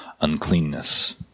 uncleanness